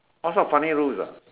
all sort of funny rules ah